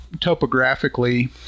topographically